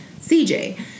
CJ